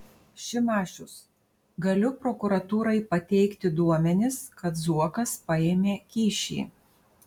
šimašius galiu prokuratūrai pateikti duomenis kad zuokas paėmė kyšį